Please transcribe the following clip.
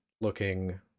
looking